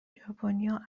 ژاپنیا